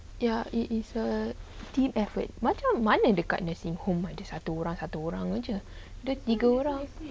ya it is a team effort macam mana dekat nursing home ada satu orang satu orang jer ada tiga orang